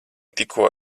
tikko